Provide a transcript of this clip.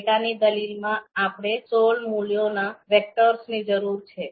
ડેટાની દલીલમાં આપણે સોળ મૂલ્યોના વેક્ટરની જરૂર છે